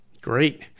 Great